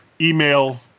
email